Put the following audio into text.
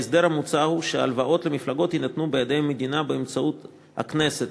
ההסדר המוצע הוא שהלוואות למפלגות יינתנו על-ידי המדינה באמצעות הכנסת,